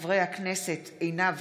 חבר הכנסת עפר שלח,